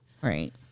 Right